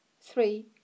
three